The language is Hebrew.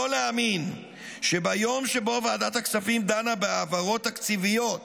לא להאמין שביום שבו ועדת הכספים דנה בהעברות תקציביות